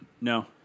No